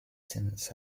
since